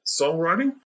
songwriting